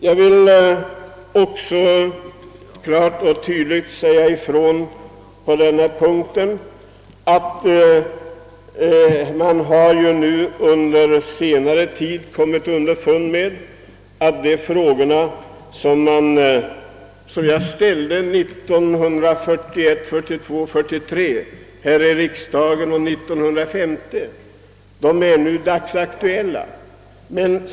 Jag vill på denna punkt också klart och tydligt erinra om att man under senare tid har kommit underfund med att de frågor som jag ställde här i riksdagen åren 1941, 1942, 1943 och 1950 ännu är dagsaktuella.